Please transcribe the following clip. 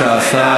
19,